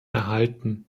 erhalten